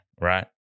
right